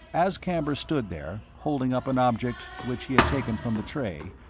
as camber stood there, holding up an object which he had taken from the tray,